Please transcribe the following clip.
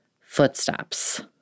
footsteps